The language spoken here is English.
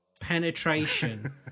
penetration